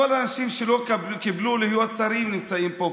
כל האנשים שלא קיבלו להיות שרים נמצאים פה.